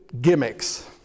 gimmicks